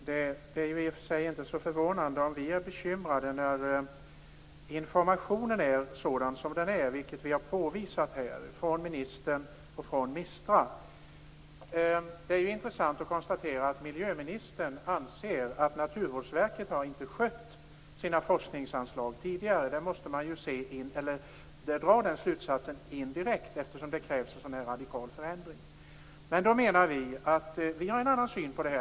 Herr talman! Det är i och för sig inte så förvånande om vi är bekymrade, eftersom informationen är som den är från ministern och från MISTRA. Det har vi påvisat här. Det är intressant att konstatera att miljöministern anser att Naturvårdsverket inte har skött sina forskningsanslag tidigare. Den slutsatsen måste man ju indirekt dra, eftersom det krävs en sådan här radikal förändring. Vi har en annan syn på detta.